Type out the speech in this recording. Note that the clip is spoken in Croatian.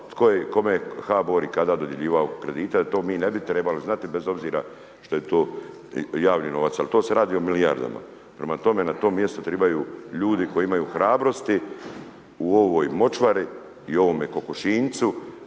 kome HBOR i kada dodjeljivao kredite a to mi ne bi trebali znati bez obzira što je to javni novac. Ali to se radi o milijardama. Prema tome, na tom mjestu trebaju ljudi koji imaju hrabrosti u ovoj močvari i u ovome kokošinjcu